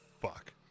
Fuck